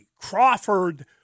Crawford